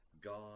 God